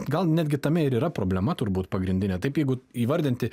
gal netgi tame ir yra problema turbūt pagrindinė taip jeigu įvardinti